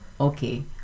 Okay